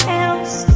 else